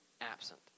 absent